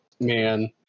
man